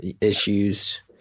issues